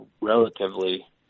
relatively